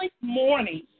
morning